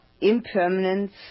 impermanence